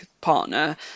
partner